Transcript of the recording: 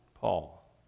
Paul